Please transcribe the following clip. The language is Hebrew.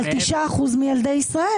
על 9% מילדי ישראל